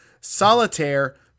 Solitaire